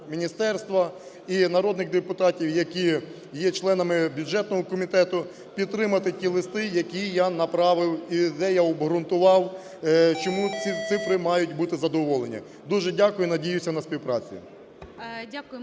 міністерства і народних депутатів, які є членами бюджетного комітету, підтримати ті листи, які я направив і де я обґрунтував чому ці цифри мають бути задоволені. Дуже дякую і надіюся на співпрацю.